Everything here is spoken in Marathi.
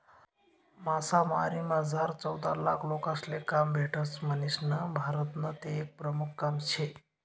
मासामारीमझार चौदालाख लोकेसले काम भेटस म्हणीसन भारतनं ते एक प्रमुख काम शे